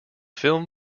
film